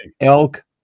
elk